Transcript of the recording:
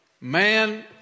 Man